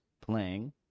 playing